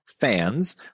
fans